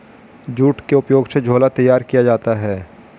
jute के उपयोग से झोला तैयार किया जाता है